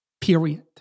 period